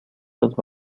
los